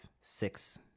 six